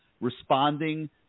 responding